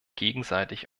gegenseitig